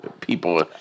people